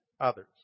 others